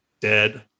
Dead